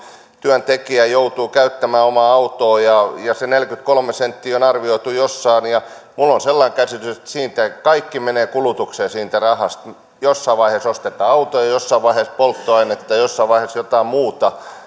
työntekijä joutuu käyttämään omaa autoaan ja se neljäkymmentäkolme senttiä on arvioitu jossain minulla on sellainen käsitys että siitä rahasta kaikki menee kulutukseen jossain vaiheessa ostetaan auto ja jossain vaiheessa polttoainetta ja jossain vaiheessa jotain muuta